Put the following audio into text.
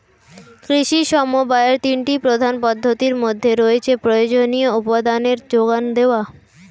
কৃষি সমবায়ের তিনটি প্রধান পদ্ধতির মধ্যে রয়েছে প্রয়োজনীয় উপাদানের জোগান দেওয়া